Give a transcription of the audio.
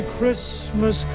Christmas